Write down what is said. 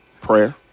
prayer